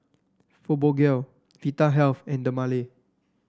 Fibogel Vitahealth and Dermale